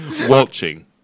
watching